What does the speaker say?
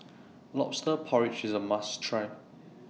Lobster Porridge IS A must Try